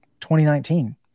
2019